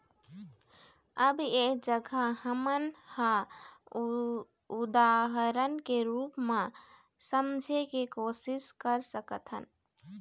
अब ऐ जघा हमन ह उदाहरन के रुप म समझे के कोशिस कर सकत हन